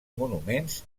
monuments